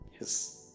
Yes